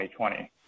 2020